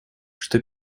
что